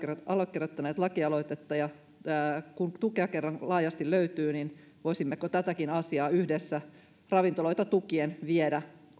allekirjoittaneet lakialoitetta kun tukea kerran laajasti löytyy niin voisimmeko tätäkin asiaa yhdessä ravintoloita tukien viedä